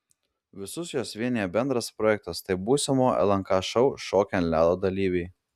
visus juos vienija bendras projektas tai būsimojo lnk šou šokiai ant ledo dalyviai